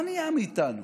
מה נהיה מאיתנו,